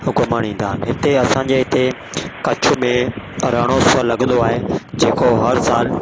घुमण ईंदा आहिनि हिते असांजे हिते कच्छ में रण उत्सव लगंदो आहे जेको हर साल